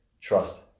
trust